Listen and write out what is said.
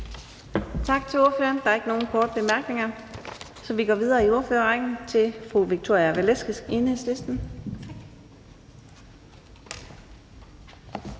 Tak til ordføreren. Der er ikke nogen korte bemærkninger, så vi går videre i ordførerrækken til fru Zenia Stampe, Radikale Venstre.